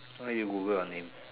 why you Google your name